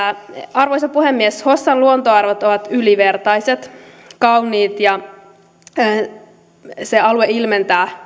arvoisa puhemies hossan luontoarvot ovat ylivertaiset ja kauniit ja se alue ilmentää